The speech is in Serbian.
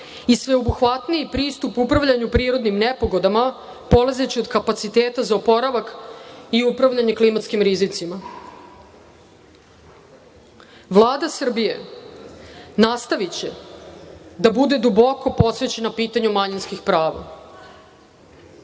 i sveobuhvatniji pristup upravljanju prirodnim nepogodama, polazeći od kapaciteta za oporavak i upravljanje klimatskim rizicima. Vlada Srbije nastaviće da bude duboko posvećena pitanju manjinskih prava.